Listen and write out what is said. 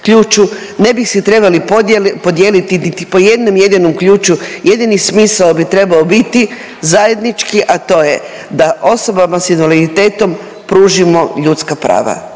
Ne bih se trebali podijeliti niti po jednom jedinom ključu. Jedini smisao bi trebao biti zajednički, a to je da osobama s invaliditetom pružimo ljudska prava.